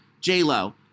J-Lo